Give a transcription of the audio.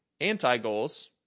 Anti-goals